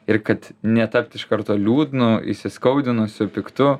ir kad netapt iš karto liūdnu įskaudinusiu piktu